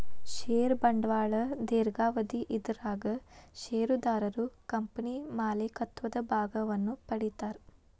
ಷೇರ ಬಂಡವಾಳ ದೇರ್ಘಾವಧಿ ಇದರಾಗ ಷೇರುದಾರರು ಕಂಪನಿ ಮಾಲೇಕತ್ವದ ಭಾಗವನ್ನ ಪಡಿತಾರಾ